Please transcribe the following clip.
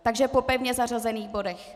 Takže po pevně zařazených bodech.